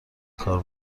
کار